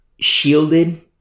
shielded